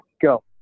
go